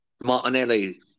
Martinelli